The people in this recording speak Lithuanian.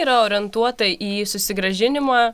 yra orientuota į susigrąžinimą